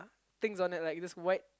things on it like this white